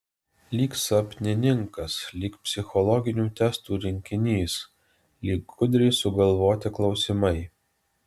lyg sapnininkas lyg psichologinių testų rinkinys lyg gudriai sugalvoti klausimai